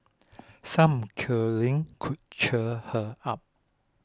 some curling could cheer her up